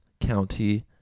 County